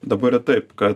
dabar yra taip kad